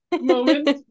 moments